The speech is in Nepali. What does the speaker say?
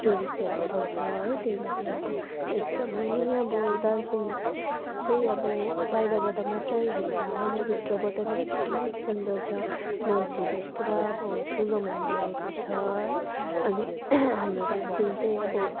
टुरिस्टहरू आउँछ है त्यही माथि अब एकदमै अब दार्जिलिङ चाहिँ अब बाहिरबाट मात्रै हेर्दा होइन अब भित्रबाट नै एकदमै सुन्दर छ मान्छेहरू पुरा अब ठुलो मन भएको छ है अनि हाम्रो दार्जिलिङ चाहिँ अब